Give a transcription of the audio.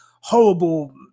horrible